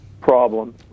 problem